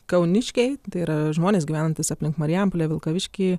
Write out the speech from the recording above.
kauniškiai tai yra žmonės gyvenantys aplink marijampolę vilkaviškį